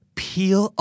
peel